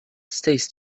stays